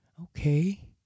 Okay